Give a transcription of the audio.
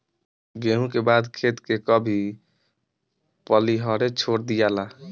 गेंहू के बाद खेत के कभी पलिहरे छोड़ दियाला